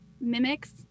mimics